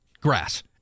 Grass